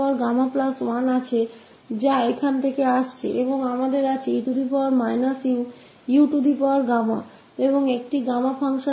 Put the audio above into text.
तो हमारे पास है 1𝑠1 जोकि यहाँ से आ रहा है और हमारे पास है 𝑒−𝑢𝑢𝛾 और यही गामा function की परिभासा है